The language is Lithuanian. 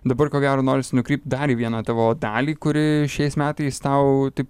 dabar ko gero norisi nukrypt dar į vieną tavo dalį kuri šiais metais tau taip